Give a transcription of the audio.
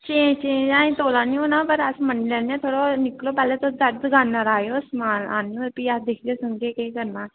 change change अजें तौले नी होना पर अस मन्नी लेने थोह्ड़ा होए निकलो पैह्ले साढ़ी दुकाना पर आएओ समान आह्नो फ्ही फ्ही अस दिखगे सुनगे उं'दा केह् करना